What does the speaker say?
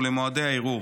ולמועדי הערעור.